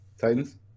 Titans